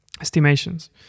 estimations